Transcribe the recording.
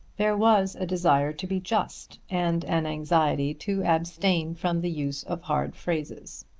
there was a desire to be just, and an anxiety to abstain from the use of hard phrases.